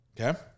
okay